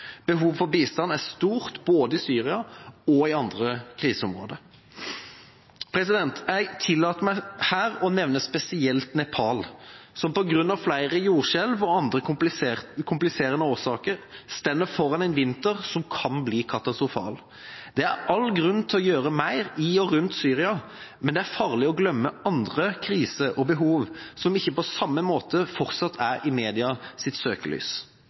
for bistand er stort både i Syria og i andre kriseområder. Jeg tillater meg her å nevne spesielt Nepal, som på grunn av flere jordskjelv og andre kompliserende årsaker står foran en vinter som kan bli katastrofal. Det er all grunn til å gjøre mer i og rundt Syria, men det er farlig å glemme andre kriser og behov som ikke på samme måte fortsatt er i medias søkelys.